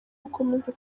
gukomeza